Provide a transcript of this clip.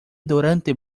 durante